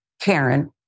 Karen